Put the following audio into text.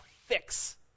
fix